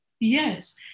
yes